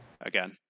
again